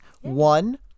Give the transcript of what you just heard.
One